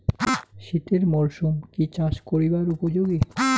শীতের মরসুম কি চাষ করিবার উপযোগী?